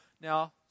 Now